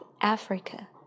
Africa